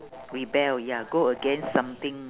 rebel ya go against something